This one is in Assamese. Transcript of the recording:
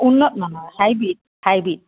উন্নতমানৰ হাইব্ৰীড হাইব্ৰীড